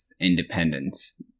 Independence